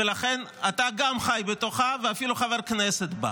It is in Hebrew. ולכן גם אתה חי בתוכה ואפילו חבר כנסת בה,